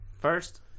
first